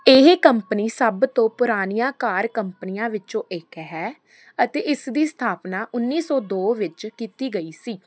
ਇਹ ਕੰਪਨੀ ਸਭ ਤੋਂ ਪੁਰਾਣੀਆਂ ਕਾਰ ਕੰਪਨੀਆਂ ਵਿੱਚੋਂ ਇੱਕ ਹੈ ਅਤੇ ਇਸਦੀ ਸਥਾਪਨਾ ਉੱਨੀ ਸੌ ਦੋ ਵਿੱਚ ਕੀਤੀ ਗਈ ਸੀ